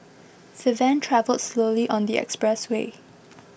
the van travelled slowly on the expressway